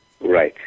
Right